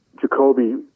Jacoby